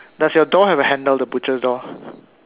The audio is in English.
does your door have a handle the butcher's door